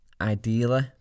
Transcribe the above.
ideally